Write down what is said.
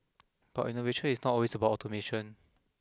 but innovation is not always about automation